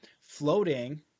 floating